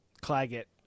Claggett